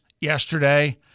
yesterday